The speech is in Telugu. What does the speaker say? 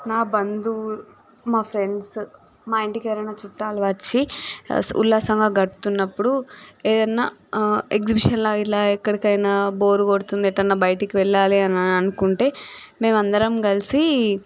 నా బంధువు మా ఫ్రెండ్స్ మా ఇంటికి ఎవరైనా చుట్టాలు వచ్చి ఉల్లాసంగా గడుపుతూ ఉన్నపుడు ఎవన్న ఎగ్జిబిషన్ల ఇలా ఎక్కడికైనా బోర్ కొడుతుంది ఎటు అయిన బయటికి వెళ్ళాలి అని అనుకుంటే మేము అందరం కలిసి